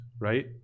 right